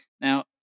Now